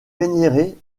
vénéré